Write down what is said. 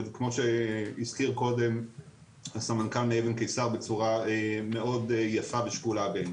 כמו שהזכיר קודם הסמנכ"ל מאבן קיסר בצורה מאוד יפה ושקולה בעיניי.